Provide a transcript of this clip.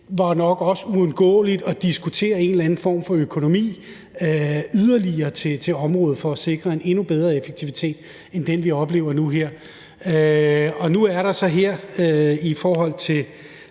at det nok også var uundgåeligt at diskutere en eller anden form for økonomi yderligere til området for at sikre en endnu bedre effektivitet end den, vi oplever nu her. Nu er der så her i forhold til